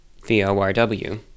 VORW